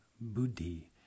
buddhi